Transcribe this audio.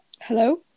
hello